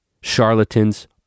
charlatans